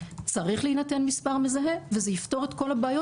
צריך להינתן מספר מזהה וזה יפתור את כל הבעיות